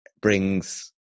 brings